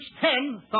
ten